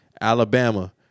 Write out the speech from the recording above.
Alabama